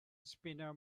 spinner